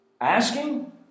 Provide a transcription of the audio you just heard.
asking